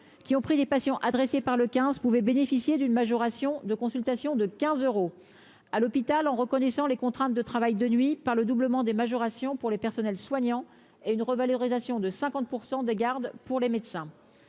qui ont pris des patients adressés par le quinze pouvaient bénéficier d'une majoration de consultation de 15 euros à l'hôpital, en reconnaissant les contraintes de travail de nuit par le doublement des majorations pour les personnels soignants et une revalorisation de 50 % des gardes pour les médecins,